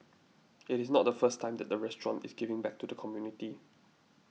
it is not the first time that the restaurant is giving back to the community